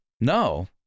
No